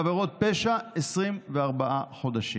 בעבירות פשע, 24 חודשים.